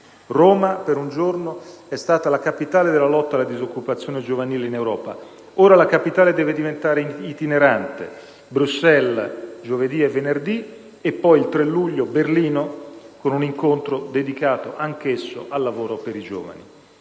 Roma, per un giorno, è stata la capitale della lotta alla disoccupazione giovanile in Europa. Ora la capitale deve diventare itinerante: Bruxelles giovedì e venerdì e poi, il 3 luglio, Berlino, con un incontro dedicato anch'esso al lavoro per i giovani.